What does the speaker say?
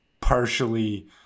partially